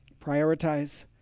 prioritize